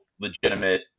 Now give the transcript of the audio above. legitimate